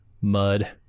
mud